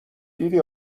دیدی